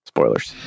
Spoilers